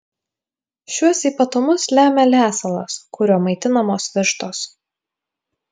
šiuos ypatumus lemia lesalas kuriuo maitinamos vištos